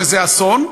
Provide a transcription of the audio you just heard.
שזה אסון,